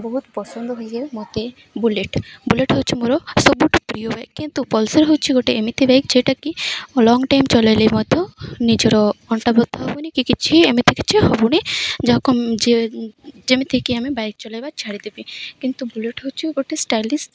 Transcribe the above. ବହୁତ ପସନ୍ଦ ହୁଏ ମୋତେ ବୁଲେଟ୍ ବୁଲେଟ୍ ହେଉଛି ମୋର ସବୁଠୁ ପ୍ରିୟ ବାଇକ୍ କିନ୍ତୁ ପଲ୍ସର୍ ହେଉଛି ଗୋଟେ ଏମିତି ବାଇକ୍ ଯେଉଁଟାକି ଲଙ୍ଗ ଟାଇମ୍ ଚଲେଇଲେ ମଧ୍ୟ ନିଜର ଅଣ୍ଟା ବଥା ହବୁନି କିଛି ଏମିତି କିଛି ହବୁନି ଯାହାକୁ ଯେ ଯେମିତିକି ଆମେ ବାଇକ୍ ଚଲେଇବା ଛାଡ଼ିଦେବି କିନ୍ତୁ ବୁଲେଟ୍ ହେଉଛି ଗୋଟେ ଷ୍ଟାଇଲିଶ୍